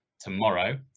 tomorrow